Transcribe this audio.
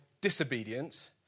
disobedience